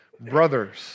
brothers